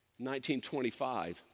1925